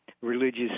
religious